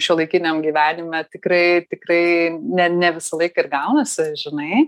šiuolaikiniam gyvenime tikrai tikrai ne ne visą laiką ir gaunasi žinai